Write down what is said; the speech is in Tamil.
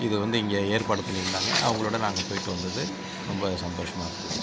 இது வந்து இங்கே ஏற்பாடு பண்ணியிருந்தாங்க அவங்களோடு நாங்கள் போய்ட்டு வந்தது ரொம்ப சந்தோஷமாக இருந்தது